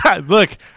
look